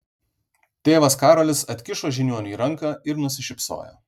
tėvas karolis atkišo žiniuoniui ranką ir nusišypsojo